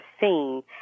seen